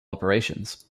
operations